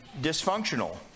dysfunctional